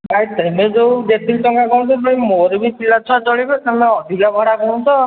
ଭାଇ ତୁମେ ଯେଉଁ ଯେତିକି ଟଙ୍କା କହୁଛ ଭାଇ ମୋର ବି ପିଲା ଛୁଆ ଚଳିବେ ତୁମେ ଅଧିକା ଭଡ଼ା କହୁଛ